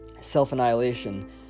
self-annihilation